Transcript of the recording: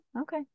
okay